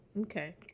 okay